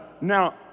Now